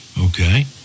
Okay